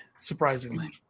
surprisingly